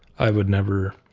i would never,